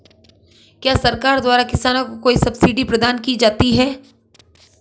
क्या सरकार द्वारा किसानों को कोई सब्सिडी प्रदान की जाती है?